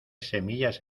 semillas